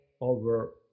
over